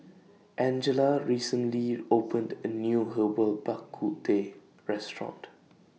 Angella recently opened A New Herbal Bak Ku Teh Restaurant